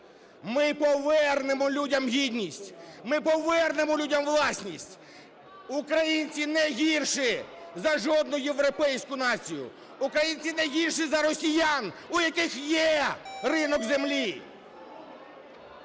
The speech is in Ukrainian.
Ми повернемо людям гідність. Ми повернемо людям власність. Українці не гірші за жодну європейську націю, українці не гірші за росіян, у яких є ринок землі!